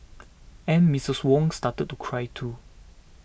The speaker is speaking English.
and Miss Wong started to cry too